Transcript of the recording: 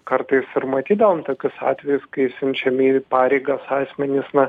kartais ir matydavom tokius atvejus kai siunčiami į pareigas asmenys na